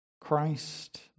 Christ